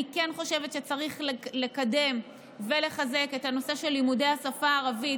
אני כן חושבת שצריך לקדם ולחזק את הנושא של לימודי השפה הערבית